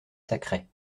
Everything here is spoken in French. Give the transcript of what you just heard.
sacrait